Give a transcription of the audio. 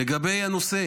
לגבי נושא